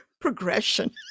progression